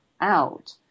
out